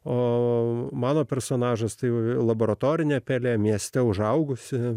o mano personažas tai jau laboratorinę pelę mieste užaugusi